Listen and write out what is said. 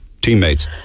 Teammates